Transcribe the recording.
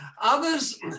Others